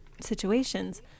situations